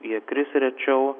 jie kris rečiau